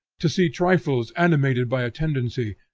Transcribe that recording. to see trifles animated by a tendency,